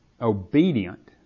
obedient